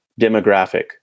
demographic